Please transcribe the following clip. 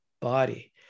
body